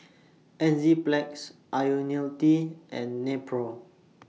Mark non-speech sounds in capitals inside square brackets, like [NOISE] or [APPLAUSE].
[NOISE] Enzyplex Ionil T and Nepro